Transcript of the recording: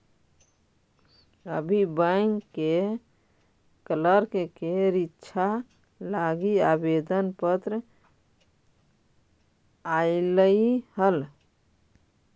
अभी बैंक के क्लर्क के रीक्षा लागी आवेदन पत्र आएलई हल